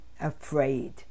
afraid